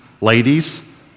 ladies